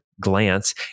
glance